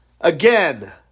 Again